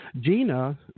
Gina